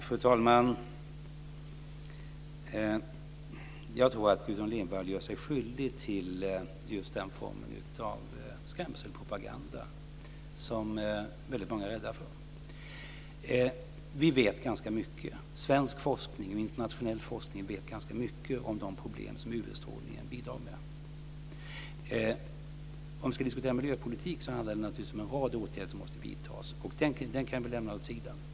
Fru talman! Jag tror att Gudrun Lindvall gör sig skyldig till den form av skrämselpropaganda som många är rädda för. Vi vet ganska mycket. Svensk forskning, internationell forskning, vet ganska mycket om de problem som UV-strålningen bidrar till. Om vi ska diskutera miljöpolitik handlar det naturligtvis om en rad åtgärder som måste vidtas. Det kan vi lämna åt sidan.